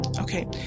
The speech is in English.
okay